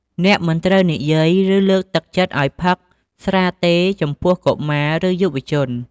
អ្នកមិនត្រូវនិយាយ ឬលើកទឹកចិត្តឲ្យផឹកស្រាទេចំពោះ កុមារ ឬយុវជន។